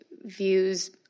views –